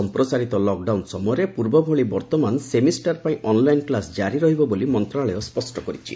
ସମ୍ପ୍ରସାରିତ ଲକଡାଉନ ସମୟରେ ପୂର୍ବଭଳି ବର୍ତ୍ତମାନ ସେମିଷ୍ଟାର ପାଇଁ ଅନଲାଇନ କ୍ଲାସ ଜାରି ରହିବ ବୋଲି ମନ୍ତ୍ରଣାଳୟ ସ୍ୱଷ୍ଟ କରିଛି